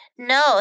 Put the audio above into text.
No